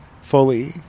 fully